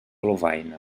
lovaina